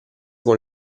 con